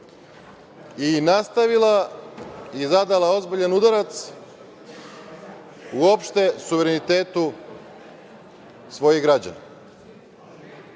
i nastavila i zadala ozbiljan udarac, uopšte, suverenitetu svojih građana. Dakle,